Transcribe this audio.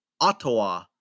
Ottawa